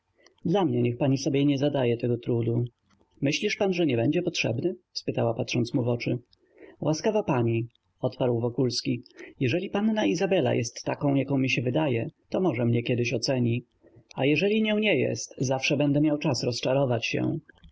dla mnie niech pani sobie nie zadaje tego trudu myślisz pan że nie będzie potrzebny spytała patrząc mu w oczy łaskawa pani odparł wokulski jeżeli panna izabela jest taką jak mi się wydaje to może mnie kiedyś oceni a jeżeli nią nie jest zawsze będę miał czas rozczarować się